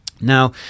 Now